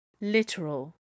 Literal